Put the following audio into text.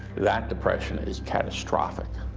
that depression is catastrophic.